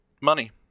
money